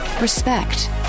respect